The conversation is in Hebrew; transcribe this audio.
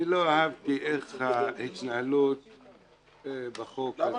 אני לא אהבתי את ההתנהלות בחוק הזה --- למה